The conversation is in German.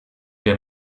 wir